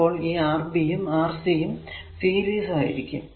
അപ്പോൾ ഈ Rb യും Rc യും സീരീസ് ആയിരിക്കും